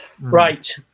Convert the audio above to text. Right